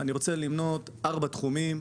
אני רוצה למנות ארבעה תחומים.